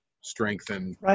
strengthen